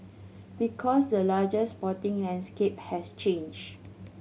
because the larger sporting landscape has changed